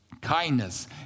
kindness